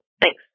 Thanks